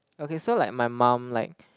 okay so like my mum like